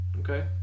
Okay